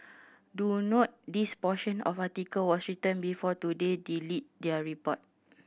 do note this portion of the article was written before Today deleted their report